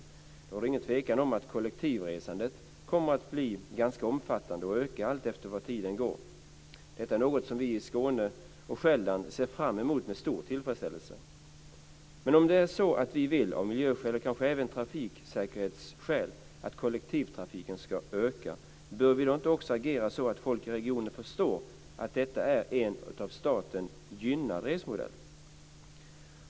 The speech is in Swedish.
Det råder inget tvivel om att kollektivresandet kommer att bli ganska omfattande och öka allteftersom tiden går. Detta är något som vi i Skåne och Själland ser framemot med stor tillfredsställelse. Men om vi av miljöskäl och kanske även av trafiksäkerhetsskäl vill att kollektivtrafiken ska öka undrar jag om vi inte bör agera så att folk i regionen förstår att detta är en av staten gynnad resmodell.